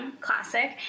classic